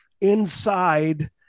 inside